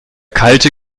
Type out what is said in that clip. kalte